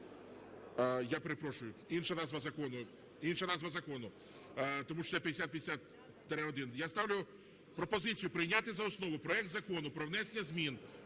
Я перепрошую, інша назва закону, тому що це 5050-1. Я ставлю пропозицію прийняти за основу проект Закону про внесення змін